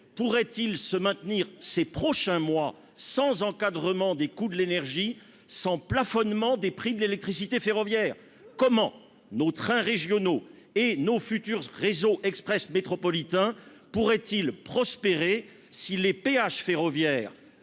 pourrait-il se maintenir ces prochains mois, sans encadrement des coûts de l'énergie sans plafonnement des prix de l'électricité ferroviaire comment nos trains régionaux et no futur réseau Express métropolitain pourraient-ils prospérer si les péages ferroviaires